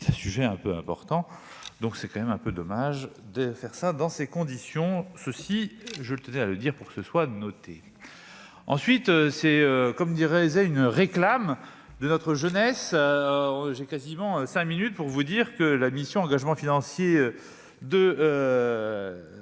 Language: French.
c'est un sujet un peu important, donc c'est quand même un peu dommage de faire ça dans ces conditions, ceci, je tenais à le dire pour que ce soit noté ensuite c'est comme dirait une réclame de notre jeunesse, j'ai quasiment 5 minutes pour vous dire que la mission Engagements financiers de